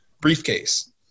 briefcase